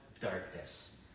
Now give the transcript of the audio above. darkness